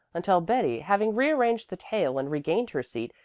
until betty, having rearranged the tail and regained her seat,